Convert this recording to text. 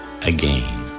again